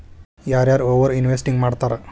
ಯಾರ ಯಾರ over investing ಮಾಡ್ತಾರಾ